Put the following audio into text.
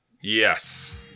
Yes